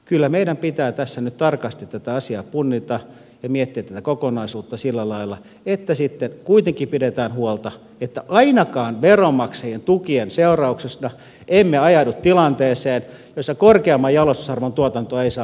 kyllä meidän pitää tässä nyt punnita tarkasti tätä asiaa ja miettiä tätä kokonaisuutta sillä lailla että sitten kuitenkin pidetään huolta että ainakaan veronmaksa jien tukien seurauksena emme ajaudu tilanteeseen jossa korkeamman jalostusarvon tuotanto ei saa haluamaansa raaka ainetta